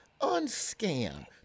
unscam